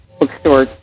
bookstore